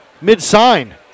mid-sign